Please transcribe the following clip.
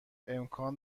امکان